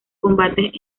combates